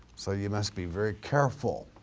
so you must be very careful.